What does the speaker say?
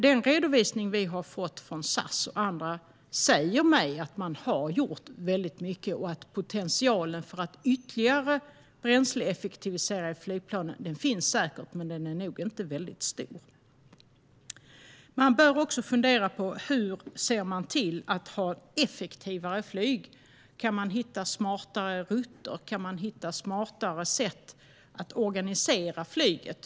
Den redovisning vi har fått från SAS och andra säger mig dock att man har gjort väldigt mycket och att potentialen för att ytterligare bränsleeffektivisera i flygplanen säkert finns men nog inte är så väldigt stor. Man bör också fundera på hur flyget kan bli effektivare. Kan man hitta smartare rutter och smartare sätt att organisera flyget?